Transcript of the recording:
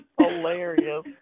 hilarious